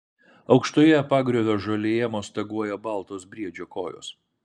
aukštoje pagriovio žolėje mostaguoja baltos briedžio kojos